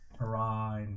hurrah